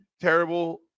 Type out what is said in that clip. terrible